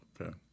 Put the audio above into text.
okay